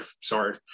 sorry